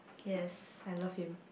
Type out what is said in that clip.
yes I love him